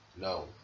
no